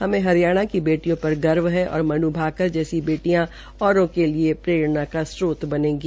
हमें हरियाणा की बेटियों पर गर्व है और मनु भाकर जैसी बेटिया औरो के लिए प्ररेणास्त्रोत बनेंगी